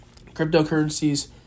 Cryptocurrencies